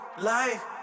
Life